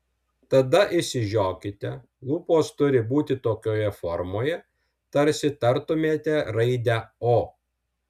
tada išsižiokite lūpos turi būti tokioje formoje tarsi tartumėte raidę o